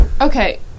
Okay